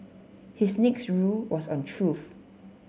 his next rule was on truth